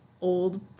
old